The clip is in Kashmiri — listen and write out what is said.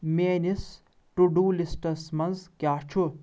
میٲنِس ٹُو ڈو لسٹس منز کیاہ چھُ